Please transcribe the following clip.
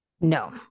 No